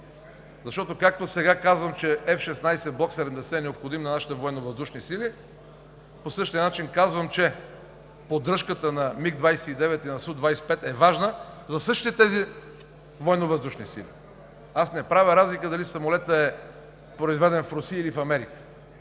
защото както сега казвам, че F-16 Block 70 е необходим на нашите военновъздушни сили, по същия начин казвам, че поддръжката на МиГ-29 и СУ-25 е важна, за същите тези военновъздушни сили. Аз не правя разлика дали самолетът е произведен в Русия или в Америка.